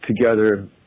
together